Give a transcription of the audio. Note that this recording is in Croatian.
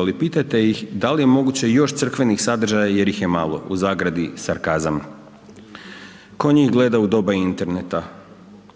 ali pitajte ih da li je moguće još crkvenih sadržaja jer ih je malo u zagradi sarkazam. Tko njih gleda u doba interneta?